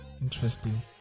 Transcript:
interesting